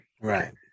Right